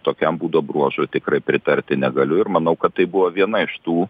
tokiam būdo bruožui tikrai pritarti negaliu ir manau kad tai buvo viena iš tų